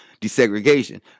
desegregation